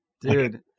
Dude